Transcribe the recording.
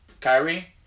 Kyrie